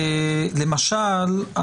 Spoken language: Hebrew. למשל,